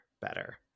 better